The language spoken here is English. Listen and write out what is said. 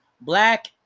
Black